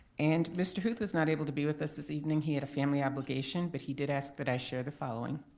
and mr. huth was not able to be with us this evening. he had a family obligation but he did ask that i share the following.